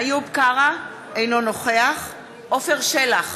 איוב קרא, אינו נוכח עפר שלח,